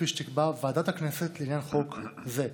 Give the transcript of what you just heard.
כפי שתקבע ועדת הכנסת לעניין חוק זה.